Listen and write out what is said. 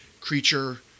creature